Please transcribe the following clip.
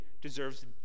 deserves